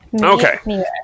Okay